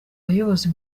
bayobozi